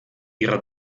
ihrer